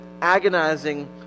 agonizing